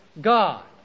God